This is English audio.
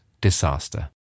disaster